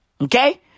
Okay